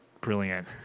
brilliant